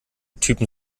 typen